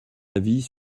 avis